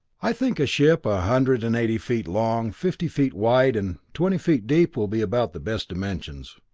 i think a ship a hundred and eighty feet long, fifty feet wide, and twenty feet deep will be about the best dimensions.